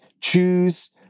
choose